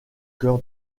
cœur